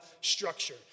structure